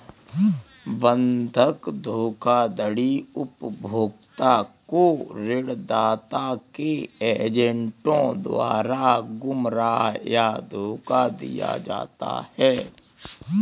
बंधक धोखाधड़ी उपभोक्ता को ऋणदाता के एजेंटों द्वारा गुमराह या धोखा दिया जाता है